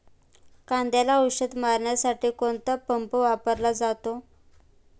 कांद्याला औषध मारण्यासाठी कोणता पंप वापरला जातो?